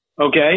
Okay